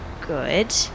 good